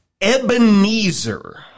Ebenezer